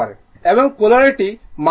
এবং polarity mark করুন